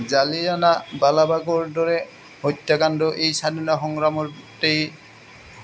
জালিয়ানা বালাবাগৰ দৰে হত্যাকাণ্ড এই স্বাধীনতা সংগ্ৰামতেই